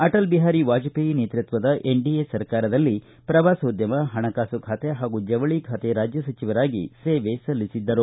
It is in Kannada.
ಅಟಲ್ ಬಿಹಾರಿ ವಾಜಪೇಯಿ ನೇತೃತ್ವದ ಎನ್ಡಿಎ ಸರ್ಕಾರದಲ್ಲಿ ಪ್ರವಾಸೋದ್ಯಮ ಹಣಕಾಸು ಖಾತೆ ಹಾಗೂ ಜವಳಿ ಖಾತೆ ರಾಜ್ಯ ಸಚಿವರಾಗಿ ಸೇವೆ ಸಲ್ಲಿಸಿದ್ದರು